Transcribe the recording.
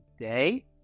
today